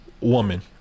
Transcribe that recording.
woman